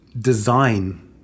design